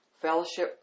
fellowship